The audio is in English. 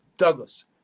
Douglas